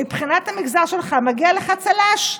מבחינת המגזר שלך מגיע לך צל"ש,